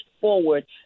forward